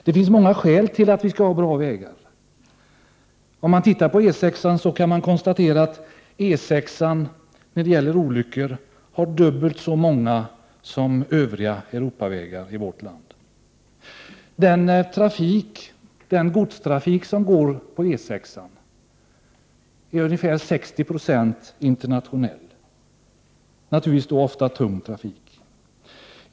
Det finns många skäl som talar för att vi skall ha bra vägar. Man kan konstatera att det på E 6:an förekommer dubbelt så många olyckor som på övriga Europavägar i vårt land. Den godstrafik som går på E 6 är till ungefär 60 Yo internationell. Det gäller naturligtvis då ofta tung trafik.